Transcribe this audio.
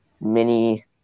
mini